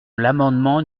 l’amendement